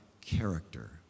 character